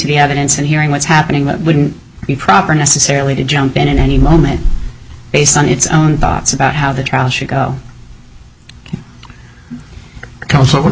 the evidence and hearing what's happening that wouldn't be proper necessarily to jump in at any moment based on its own thoughts about how the trial should go